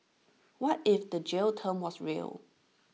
what if the jail term was real